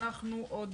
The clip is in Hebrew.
עוד